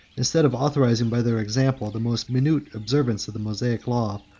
instead of authorizing by their example the most minute observances of the mosaic law,